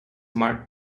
marked